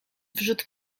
wrzód